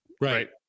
right